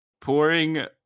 pouring